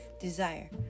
desire